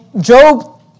Job